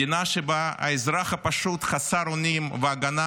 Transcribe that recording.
מדינה שבה האזרח הפשוט חסר אונים והגנה